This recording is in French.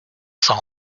cent